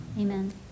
Amen